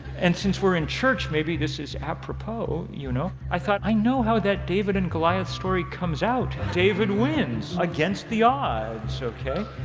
and since we're in church, maybe this is apropos, you know, i thought, i know how that david and goliath story comes out. david wins against the odds, okay.